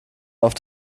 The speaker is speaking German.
auf